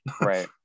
Right